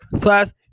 class